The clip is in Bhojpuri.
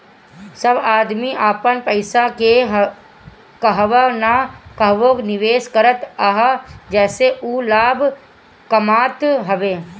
सब आदमी अपन पईसा के कहवो न कहवो निवेश करत हअ जेसे उ लाभ कमात हवे